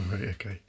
Okay